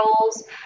roles